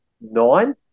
nine